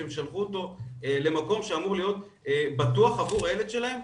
שהם שלחו אותו למקום שאמור להיות בטוח עבור הילד שלהם?